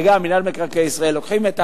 וגם מינהל מקרקעי ישראל לוקחים,